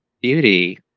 beauty